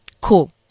Cool